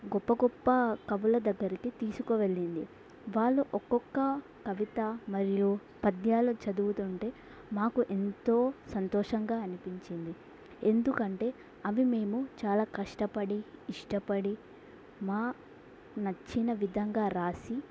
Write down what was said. గొప్ప గొప్ప కవుల దగ్గరికి తీసుక వెళ్ళింది వాళ్ళు ఒక్కొక్క కవిత మరియు పద్యాలు చదువుతుంటే మాకు ఎంతో సంతోషంగా అనిపించింది ఎందుకంటే అవి మేము చాలా కష్టపడి ఇష్టపడి మా నచ్చిన విధంగా రాసి